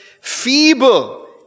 feeble